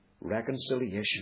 reconciliation